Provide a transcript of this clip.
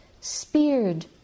speared